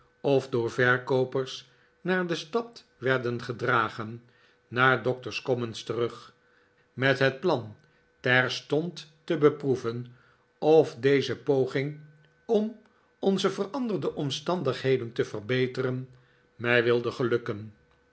of door verkoopers naar de stad werden gedragen naar doctor's commons terug met het plan terstond te beproeven of deze eerste poging om onze veranderde omstandigheden te verbeteren mij wilde gelukken